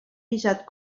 visat